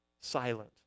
silent